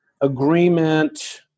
agreement